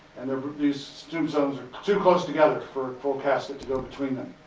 and these tombstones are too close together for a full casket to go between them.